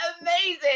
Amazing